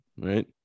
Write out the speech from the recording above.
right